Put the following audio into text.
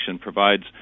provides